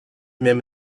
même